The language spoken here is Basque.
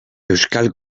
euskal